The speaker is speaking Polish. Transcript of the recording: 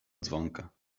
dzwonka